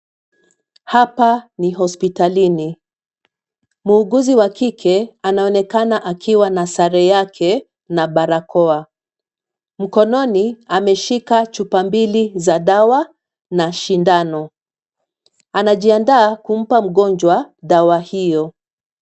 Hapa ni hospitalini. Muuguzi wa kike anaonekana akiwa na sare yake na barakoa. Mkononi ameshika chupa mbili za dawa na shindano. Anajiandaa kumpa mgonjwa dawa hio.